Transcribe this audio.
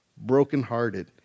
brokenhearted